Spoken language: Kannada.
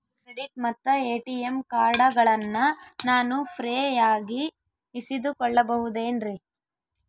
ಕ್ರೆಡಿಟ್ ಮತ್ತ ಎ.ಟಿ.ಎಂ ಕಾರ್ಡಗಳನ್ನ ನಾನು ಫ್ರೇಯಾಗಿ ಇಸಿದುಕೊಳ್ಳಬಹುದೇನ್ರಿ?